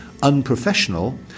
unprofessional